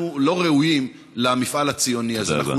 אנחנו לא ראויים למפעל הציוני הזה.